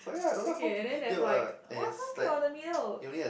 okay and then there's like what what's that on the middle